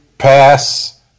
Pass